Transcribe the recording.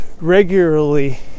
regularly